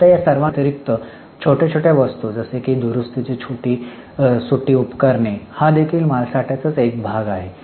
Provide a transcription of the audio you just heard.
आता या सर्वांव्यतिरिक्त छोट्या छोट्या वस्तू जसे की दुरुस्तीची सुटी उपकरणे हा देखील मालसाठ्याचाच एक भाग आहे